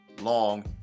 long